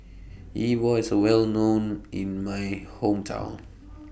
Yi Bua IS A Well known in My Hometown